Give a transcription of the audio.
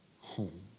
home